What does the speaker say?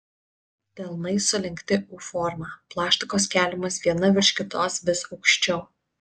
delnai sulenkti u forma plaštakos keliamos viena virš kitos vis aukščiau